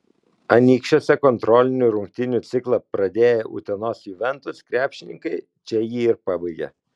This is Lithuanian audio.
anykščiuose kontrolinių rungtynių ciklą pradėję utenos juventus krepšininkai čia jį ir pabaigė